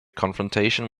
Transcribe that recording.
confrontation